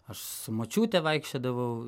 aš su močiute vaikščiodavau